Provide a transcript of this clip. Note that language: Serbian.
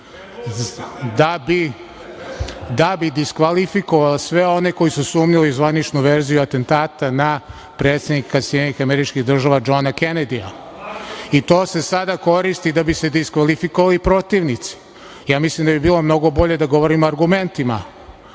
da bi diskvalifikovala sve one koji su sumnjali u zvaničnu verziju atentata na predsednika SAD-a Džona Kenedija i to se sada koristi da bi se diskvalifikovali protivnici. Ja mislim da bi bilo mnogo bolje da govorimo argumentima.